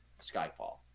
Skyfall